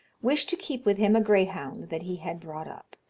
wished to keep with him a greyhound that he had brought up,